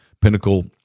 pinnacle